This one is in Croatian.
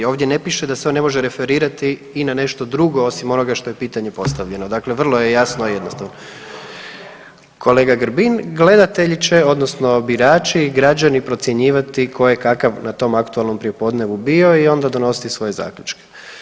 Ovdje ne piše da se on ne može referirati i na nešto drugo osim onoga što je pitanje postavljeno, dakle vrlo je jasno i jednostavno. ... [[Upadica se ne čuje.]] Kolega Grbin, gledatelji će, odnosno birači i građani procjenjivati na tom aktualnom prijepodnevu bio i onda donositi svoje zaključke.